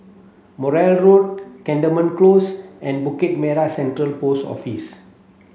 Morley Road Cantonment Close and Bukit Merah Central Post Office